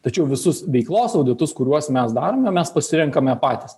tačiau visus veiklos auditus kuriuos mes darome mes pasirenkame patys